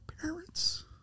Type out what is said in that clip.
parents